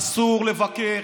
אסור לבקר,